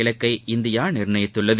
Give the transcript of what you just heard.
இலக்கை இந்தியா நிர்ணயித்துள்ளது